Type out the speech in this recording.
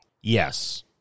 yes